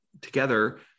together